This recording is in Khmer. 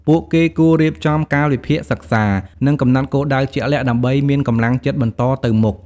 ពួកគេគួររៀបចំកាលវិភាគសិក្សា និងកំណត់គោលដៅជាក់លាក់ដើម្បីមានកម្លាំងចិត្តបន្តទៅមុខ។